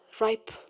ripe